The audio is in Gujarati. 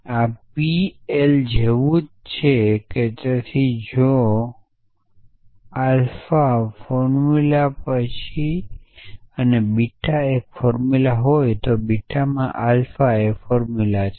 આ પી એલ જેવું જ છે તેથી જો આલ્ફા ફોર્મુલા છે અને બીટા એક ફોર્મુલા છે તો બીટામાં આલ્ફા એ ફોર્મુલા છે